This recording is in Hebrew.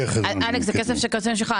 אלכס, זה כסף קואליציוני שלך.